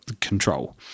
control